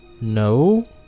no